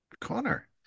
Connor